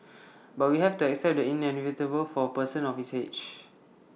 but we have to accept the inevitable for A person of his age